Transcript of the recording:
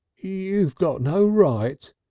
you got no right,